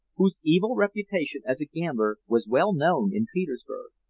whose evil reputation as a gambler was well known in petersburg.